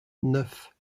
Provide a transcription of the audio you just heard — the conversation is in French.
neuf